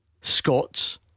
Scots